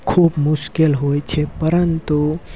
ખૂબ મુશ્કેલ હોય છે પરંતુ